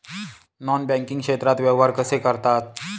Non banking क्षेत्रात व्यवहार कसे करतात?